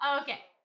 Okay